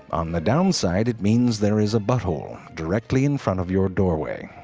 on the downside it means there is a butt-hole directly in front of your doorway.